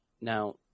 Now